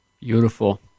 Beautiful